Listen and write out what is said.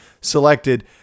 selected